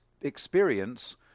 experience